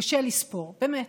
קשה לספור, באמת.